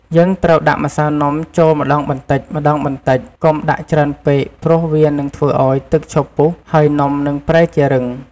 យើងត្រូវដាក់ម្សៅនំចូលម្តងបន្តិចៗ កុំដាក់ច្រើនពេកព្រោះវានឹងធ្វើឲ្យទឹកឈប់ពុះ ហើយនំនឹងប្រែជារឹង។